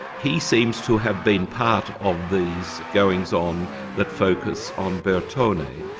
he seems to have been part of these goings on that focus on bertone.